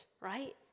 Right